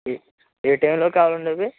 ఏ టైంలో కావాలండి అవి